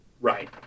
Right